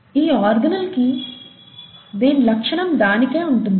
ఈ ఆర్గనేల్ కి దేని లక్షణం దానికే ఉంటుంది